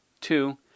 two